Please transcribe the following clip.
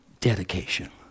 dedication